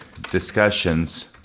discussions